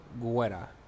Guerra